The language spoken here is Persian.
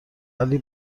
ولی